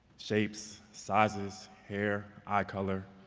shapes, sizes, hair, eye color,